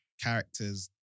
characters